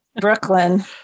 brooklyn